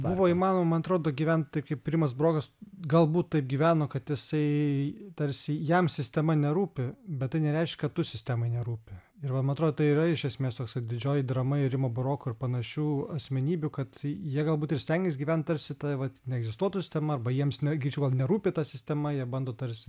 buvo įmanoma man atrodo gyvent taip kaip rimas burokas galbūt taip gyveno kad jisai tarsi jam sistema nerūpi bet tai nereiškia tu sistemai nerūpi ir va man atrodo tai yra iš esmės didžioji drama ir rimo buroko ir panašių asmenybių kad jie galbūt ir stengės gyvent tarsi tai vat neegzistuotų sistema arba jiems ne greičiau gal nerūpi ta sistema jie bando tarsi